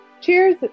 Cheers